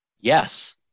yes